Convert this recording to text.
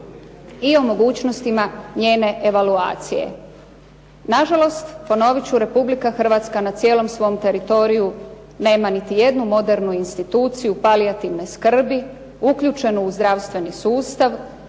i o mogućnostima njene evaluacije. Na žalost, ponovit ću Republika Hrvatska na cijelom svom teritoriju nema niti jednu modernu instituciju palijativne skrbi uključenu u zdravstveni sustav